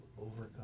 overcome